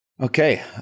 Okay